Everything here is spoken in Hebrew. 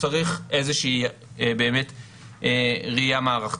צריך ראייה מערכתית.